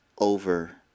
over